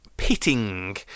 Pitting